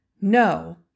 No